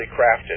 crafted